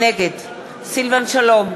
נגד סילבן שלום,